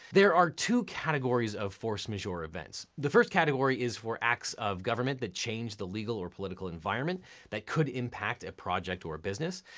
there are two categories of force majeure events. the first category is for acts of government that change the legal or political environment that could impact a project or a business.